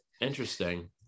interesting